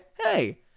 hey